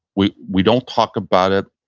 we we don't talk about it